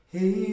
Hey